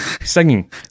singing